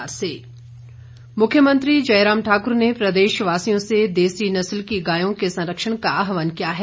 मुख्यमंत्री मुख्यमंत्री जयराम ठाकुर ने प्रदेशवासियों से देसी नस्ल की गायों के संरक्षण का आहवान किया है